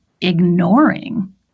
ignoring